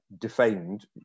defamed